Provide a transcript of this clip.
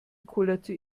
kullerte